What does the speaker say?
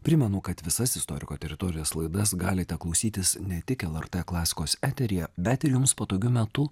primenu kad visas istoriko teritorijos laidas galite klausytis ne tik lrt klasikos eteryje bet ir jums patogiu metu